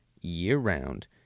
year-round